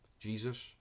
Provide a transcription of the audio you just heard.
Jesus